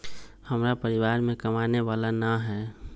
हमरा परिवार में कमाने वाला ना है?